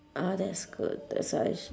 ah that's good that's why sh~